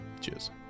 Cheers